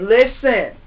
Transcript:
Listen